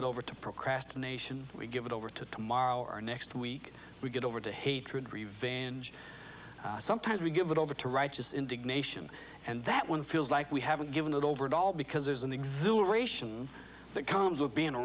it over to procrastination we give it over to tomorrow or next week we get over to hatred revanche sometimes we give it over to righteous indignation and that one feels like we haven't given it over at all because there's an exhilaration that comes with being